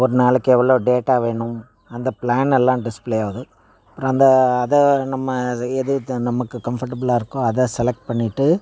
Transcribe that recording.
ஒரு நாளைக்கு எவ்வளோ டேட்டா வேணும் அந்த ப்ளானெல்லாம் டிஸ்பிளே ஆகுது அப்புறம் அந்த அதை நம்ம து எது த நமக்கு கம்ஃபர்டபிளாக இருக்கோ அதை செலக்ட் பண்ணிவிட்டு